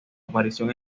aparición